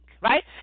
right